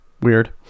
Weird